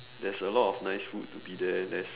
there's a lot of nice food to be there there's